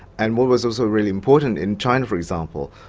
and what was also really important in china for example,